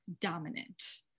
dominant